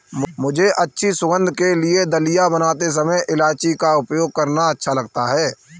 मुझे अच्छी सुगंध के लिए दलिया बनाते समय इलायची का उपयोग करना अच्छा लगता है